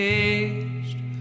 Caged